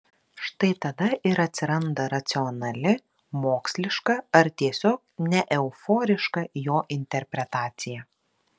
štai tada ir atsiranda racionali moksliška ar tiesiog neeuforiška jo interpretacija